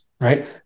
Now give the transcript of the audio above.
right